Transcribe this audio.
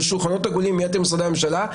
בשולחנות עגולים עם יתר משרדי הממשלה,